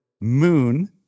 moon